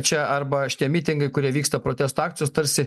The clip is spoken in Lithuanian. čia arba šitie mitingai kurie vyksta protesto akcijos tarsi